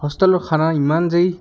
হোষ্টেলৰ খানা ইমান যেই